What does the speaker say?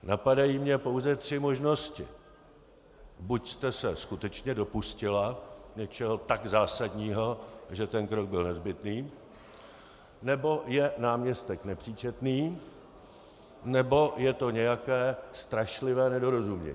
Napadají mě pouze tři možnosti: buď jste se skutečně dopustila něčeho tak zásadního, že ten krok byl nezbytný, nebo je náměstek nepříčetný, nebo je to nějaké strašlivé nedorozumění.